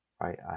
Right